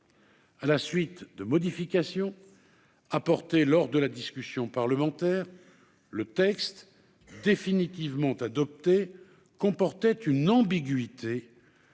à la suite de modifications apportées lors de la discussion parlementaire le texte définitivement adopté comportait une ambiguïté